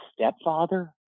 Stepfather